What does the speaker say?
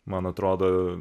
man atrodo